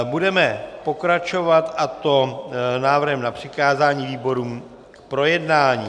Budeme pokračovat, a to návrhem na přikázání výborům k projednání.